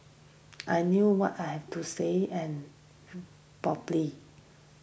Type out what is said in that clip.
I knew what I have to say and properly